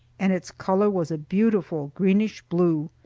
and its color was a beautiful greenish blue.